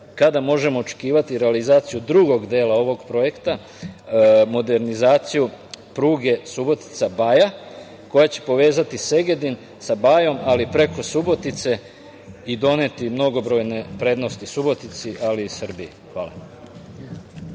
kada možemo očekivati realizaciju drugog dela ovog projekta, modernizaciju pruge Subotica – Baja, koja će povezati Segedin sa Bajom, ali preko Subotice i doneti mnogobrojne prednosti Subotici, ali i Srbiji. **Ivica